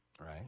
Right